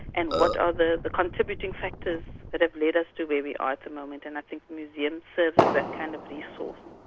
and what are the the contributing factors that have led us to where we are at the moment, and i think museums serve as a kind of resource.